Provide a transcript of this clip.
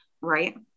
right